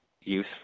use